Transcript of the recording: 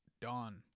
Dawn